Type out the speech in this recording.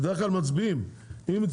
כיום